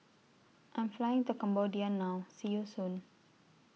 I Am Flying to Cambodia now See YOU Soon